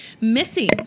missing